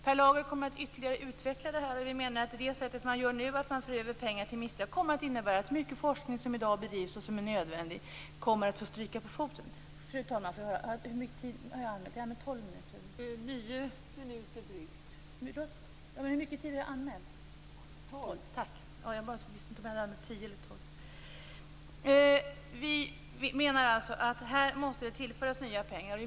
Per Lager kommer att utveckla det här ytterligare. Vi menar att det sätt man nu gör det här på, att man för över pengar till MISTRA, kommer att innebära att mycket forskning som i dag bedrivs, och som är nödvändig, kommer att få stryka på foten. Vi menar alltså att det måste tillföras nya pengar här.